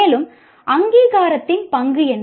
மேலும் அங்கீகாரத்தின் பங்கு என்ன